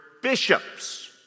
bishops